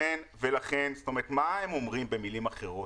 מה הם אומרים במילים אחרות?